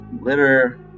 litter